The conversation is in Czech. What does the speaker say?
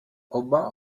oba